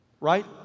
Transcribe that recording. right